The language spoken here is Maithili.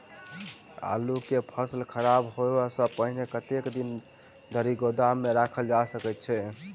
आलु केँ फसल खराब होब सऽ पहिने कतेक दिन धरि गोदाम मे राखल जा सकैत अछि?